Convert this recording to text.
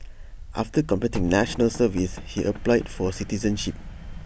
after completing National Service he applied for citizenship